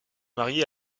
mariée